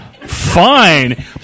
Fine